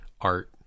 art